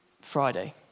Friday